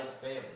family